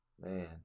Man